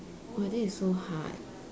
!wah! this is so hard